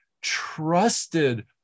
trusted